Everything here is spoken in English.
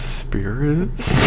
spirits